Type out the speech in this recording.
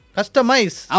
Customize